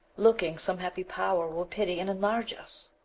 looking some happy power will pity and enlarge us.